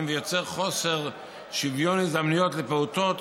ויוצר חוסר שוויון הזדמנויות לפעוטות